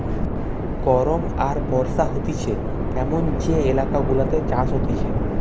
গরম আর বর্ষা হতিছে এমন যে এলাকা গুলাতে চাষ হতিছে